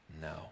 no